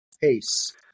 pace